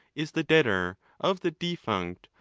is the debtor of the defunct,